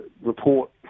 report